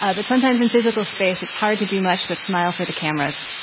ah but sometimes, in physical space, it's hard to do much but smile for the cameras.